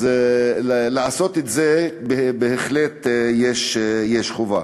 צריך לעשות את זה, בהחלט זו חובה.